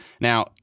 Now